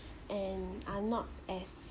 and are not as